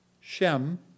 Shem